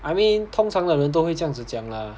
I mean 通常的人都会这样子讲啦